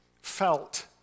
felt